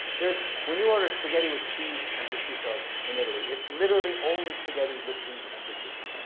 there's, when you order spaghetti with peas and prosciutto in italy, it's literally only spaghetti with peas and prosciutto.